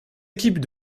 équipes